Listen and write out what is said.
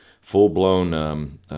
full-blown